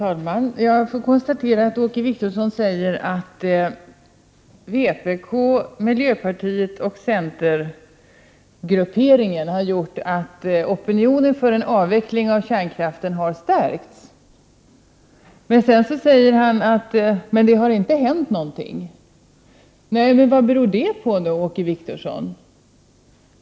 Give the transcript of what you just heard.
Herr talman! Jag konstaterar att Åke Wictorsson säger att vpk-, miljöpartioch centergrupperingen har gjort att opinionen för en avveckling av kärnkraften har stärkts. Sedan säger han: Men det har inte hänt någonting. Vad beror det på, Åke Wictorsson?